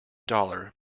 dollar